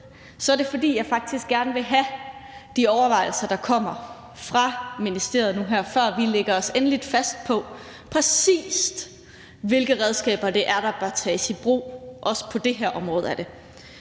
er det, fordi jeg faktisk gerne vil høre de overvejelser, der kommer fra ministeriet nu her, før vi lægger os endeligt fast på, præcis hvilke redskaber det er, der bør tages i brug på det her område. Og det